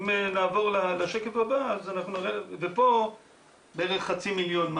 פה בערך חצי מיליון.